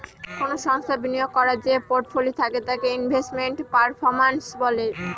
কোনো সংস্থার বিনিয়োগ করার যে পোর্টফোলি থাকে তাকে ইনভেস্টমেন্ট পারফরম্যান্স বলে